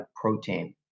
protein